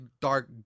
dark